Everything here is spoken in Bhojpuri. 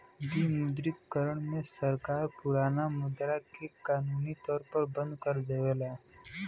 विमुद्रीकरण में सरकार पुराना मुद्रा के कानूनी तौर पर बंद कर देवला